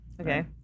Okay